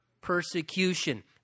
persecution